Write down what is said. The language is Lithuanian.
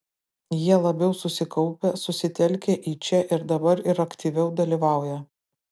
jie labiau susikaupę susitelkę į čia ir dabar ir aktyviau dalyvauja